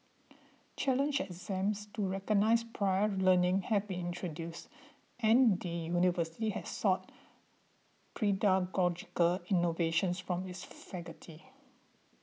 challenge exams to recognise prior learning have been introduced and the university has sought pedagogical innovations from its faculty